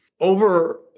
Over